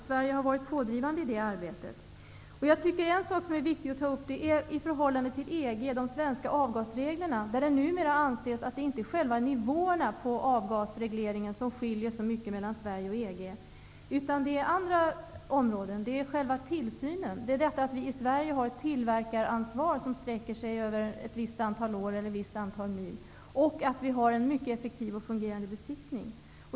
Sverige har varit pådrivande i det arbetet. En sak som är viktig att ta upp är de svenska avgasreglerna i förhållande till reglerna inom EG. Det anses numera att det inte är själva nivåerna inom avgasregleringen som skiljer så mycket mellan Sverige och EG, utan det är bestämmelser inom andra områden. Det gäller själva tillsynen. Vi har i Sverige ett tillverkaransvar som sträcker sig över ett visst antal år eller ett visst antal mil, och vi har en mycket effektiv och fungerande besiktning.